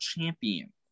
Champion